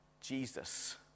Jesus